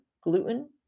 gluten